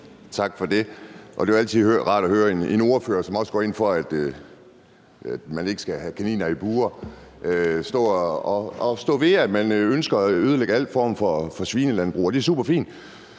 Tak for det. Det er altid rart at høre en ordfører, som også går ind for, at man ikke skal have kaniner i bure, og som står ved, at man ønsker at ødelægge al form for svinelandbrug. Og det er super fint.